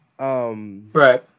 Right